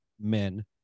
men